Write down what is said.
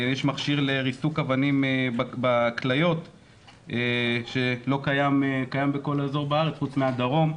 יש מכשיר לריסוק אבנים בכליות שקיים בכל אזור בארץ חוץ מהדרום,